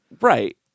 right